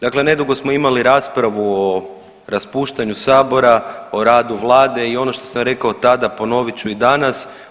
Dakle nedugo smo imali raspravu o raspuštanju Sabora, o radu Vlade i ono što sam rekao tada, ponovit ću i danas.